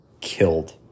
killed